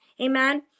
amen